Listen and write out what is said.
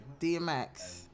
DMX